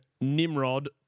Nimrod